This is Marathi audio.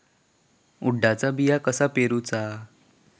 उडदाचा बिया कसा पेरूचा?